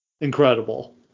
Incredible